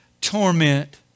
torment